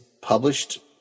published